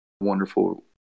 wonderful